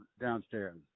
downstairs